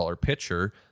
pitcher